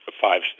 five